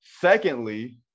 Secondly